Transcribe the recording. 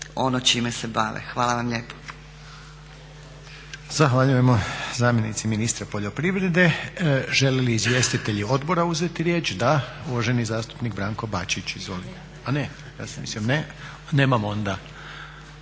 ono čime se bave. Hvala vam lijepa.